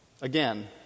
Again